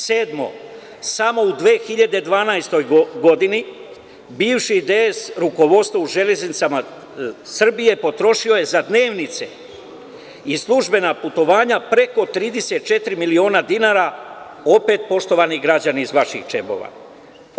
Sedmo, samo u 2012. godini bivši DS rukovodstvo u Železnicama Srbije potrošio je za dnevnice i službena putovanja preko 34 miliona dinara, opet poštovani građani, iz vaših džepova.